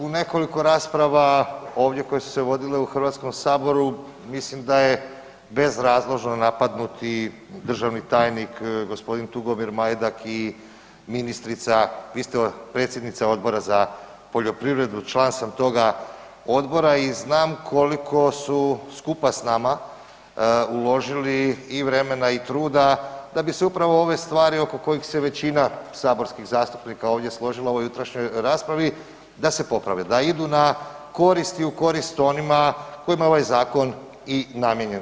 U nekoliko rasprava ovdje koje su se vodile u HS-u mislim da je bezrazložno napadnut državni tajnik g. Tugomir Majdak i ministrica, vi ste predsjednica Odbora za poljoprivredu, član sam toga odbora i znam koliko su skupa s nama uložili i vremena i truda da bi se upravo ove stvari oko kojih se većina saborskih zastupnika ovdje složila u jutrošnjoj raspravi da se poprave, da idu na korist i u korist onima kojima je ovaj zakon i namijenjen.